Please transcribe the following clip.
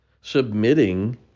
Submitting